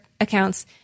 accounts